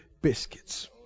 biscuits